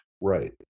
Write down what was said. Right